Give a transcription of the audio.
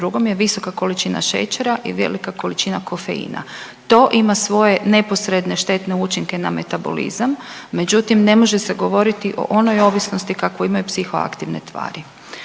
drugom je visoka količina šećera i velika količina kofeina. To ima svoje neposredne štetne učinke na metabolizam, međutim ne može se govoriti o onoj ovisnosti kakvu imaju psihoaktivne tvari.